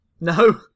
No